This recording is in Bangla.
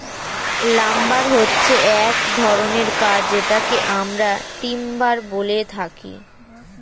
লাম্বার হচ্ছে এক ধরনের কাঠ যেটাকে আমরা টিম্বারও বলে থাকি